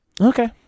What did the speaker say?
Okay